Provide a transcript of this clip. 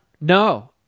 No